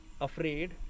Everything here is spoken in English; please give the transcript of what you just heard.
afraid